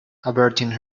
averting